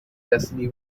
destiny